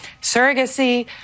surrogacy